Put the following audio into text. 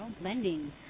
blending